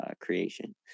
creation